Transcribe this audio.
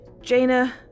Jaina